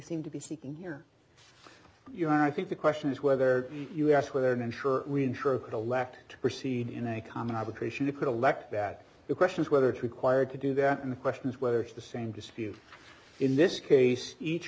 seem to be seeking here your i think the question is whether you asked whether we insure elect to proceed in a common arbitration you could elect that the question is whether it's required to do that and the question is whether it's the same dispute in this case each